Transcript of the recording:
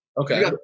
Okay